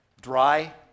Dry